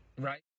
right